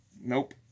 Nope